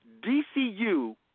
DCU